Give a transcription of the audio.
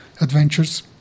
adventures